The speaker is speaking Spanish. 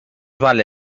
vale